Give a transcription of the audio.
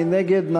מי נגד?